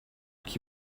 qui